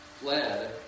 Fled